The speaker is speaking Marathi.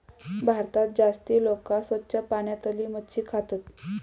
भारतात जास्ती लोका स्वच्छ पाण्यातली मच्छी खातत